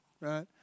right